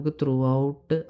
throughout